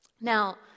Now